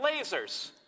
lasers